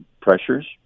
pressures